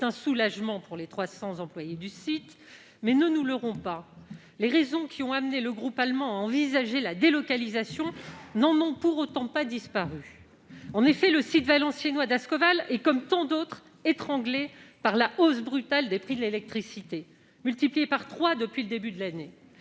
C'est un soulagement pour les 300 employés du site, mais ne nous leurrons pas : les raisons qui ont amené le groupe allemand à envisager la délocalisation n'en ont pour autant pas disparu. En effet, le site valenciennois d'Ascoval est, comme tant d'autres, étranglé par la hausse brutale des prix de l'électricité, multipliés par trois depuis le début de l'année.